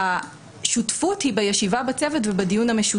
השותפות היא בישיבה בצוות ובדיון המשותף.